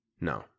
no